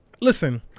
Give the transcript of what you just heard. listen